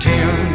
Ten